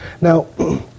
Now